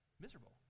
miserable